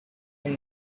play